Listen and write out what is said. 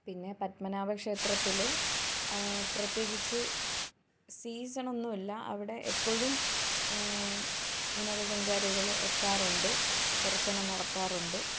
പിന്നെ പത്മനാഭ ക്ഷേത്രത്തില് പ്രത്യേകിച്ച് സീസണൊന്നുമില്ല അവിടെ എപ്പോഴും വിനോദ സഞ്ചാരികൾ എത്താറുണ്ട് ദര്ശനം നടത്താറുണ്ട്